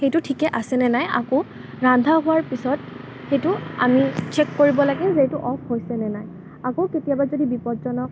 সেইটো ঠিকে আছেনে নাই আকৌ ৰন্ধা হোৱাৰ পিছত সেইটো আমি চেক কৰিব লাগে যে সেইটো অফ হৈছেনে নাই আকৌ কেতিয়াবা যদি বিপদজনক